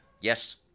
Yes